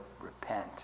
repent